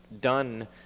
done